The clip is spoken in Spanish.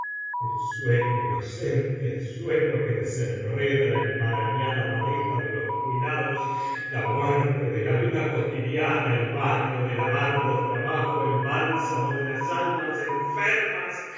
el sueño inocente el sueño que desenreda la enmarañada madeja de los cuidados la muerte de la vida cotidiana el baño del amargo trabajo el bálsamo dé las almas enfermas